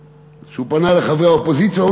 כשהוא פנה לחברי האופוזיציה,